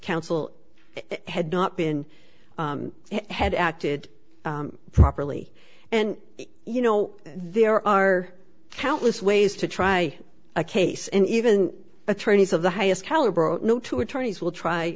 counsel had not been had acted properly and you know there are countless ways to try a case and even attorneys of the highest caliber know two attorneys will try